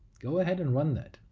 go ahead and run that,